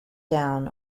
down